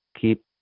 keep